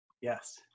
yes